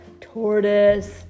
Tortoise